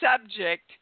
subject